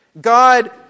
God